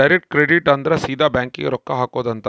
direct credit ಅಂದ್ರ ಸೀದಾ bank ಗೇ ರೊಕ್ಕ ಹಾಕೊಧ್ ಅಂತ